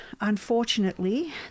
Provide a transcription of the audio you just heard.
unfortunately